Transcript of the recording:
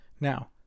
Now